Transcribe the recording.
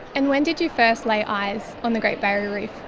and when did you first lay eyes on the great barrier reef?